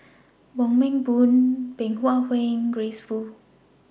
Wong Meng Voon Bey Hua Heng and Grace Fu